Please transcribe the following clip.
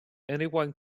anyone